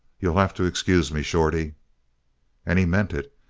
you'll have to excuse me, shorty and he meant it.